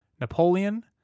Napoleon